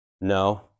No